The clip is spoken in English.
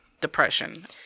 depression